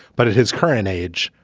but at his current age,